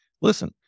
listen